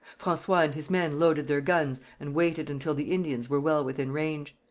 francois and his men loaded their guns and waited until the indians were well within range.